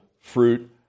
fruit